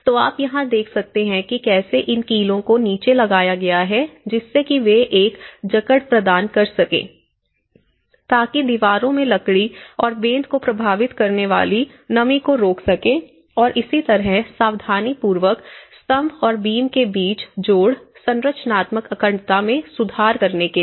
तो आप यहां देख सकते हैं कैसे इन कीलो को नीचे लगाया गया है जिससे कि वे एक जकड़ प्रदान कर सकें ताकि दीवारों में लकड़ी और बेंत को प्रभावित करने वाली नमी को रोक सके और इसी तरह सावधानीपूर्वक स्तंभ और बीम के बीच जोड़ संरचनात्मक अखंडता में सुधार करने के लिए